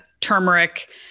turmeric